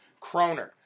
Croner